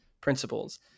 principles